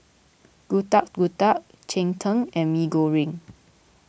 Getuk Getuk Cheng Tng and Mee Goreng